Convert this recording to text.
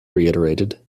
reiterated